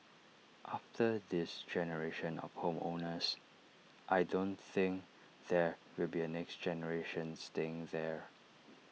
after this generation of home owners I don't think there will be A next generation staying there